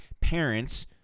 parents